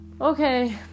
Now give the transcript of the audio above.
Okay